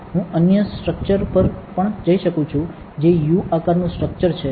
હું અન્ય સ્ટ્રક્ચર પર પણ જઈ શકું છું જે U આકારનું સ્ટ્રક્ચર છે